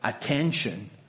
attention